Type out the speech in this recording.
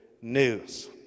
news